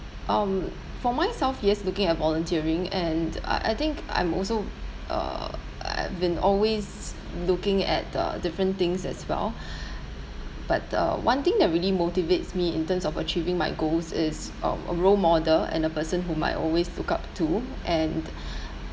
um for myself yes looking at volunteering and I I think I'm also uh I've been always looking at uh different things as well but uh one thing that really motivates me in terms of achieving my goals is a a role model and the person whom I always look up to and